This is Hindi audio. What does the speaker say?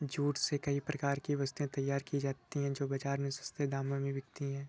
जूट से कई प्रकार की वस्तुएं तैयार की जाती हैं जो बाजार में सस्ते दामों में बिकती है